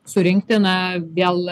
surinkti na vėl